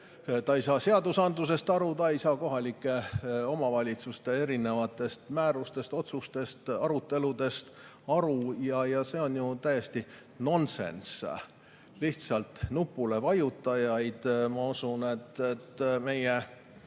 Ta ei saa seadusandlusest aru, ta ei saa kohalike omavalitsuste erinevatest määrustest, otsustest, aruteludest aru. See on ju täiesti nonsenss. Lihtsalt nupule vajutajaid, ma usun, meie